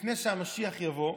לפני שהמשיח יבוא,